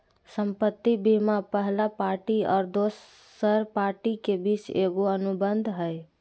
संपत्ति बीमा पहला पार्टी और दोसर पार्टी के बीच एगो अनुबंध हइ